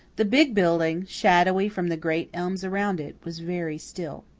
the big building, shadowy from the great elms around it, was very still.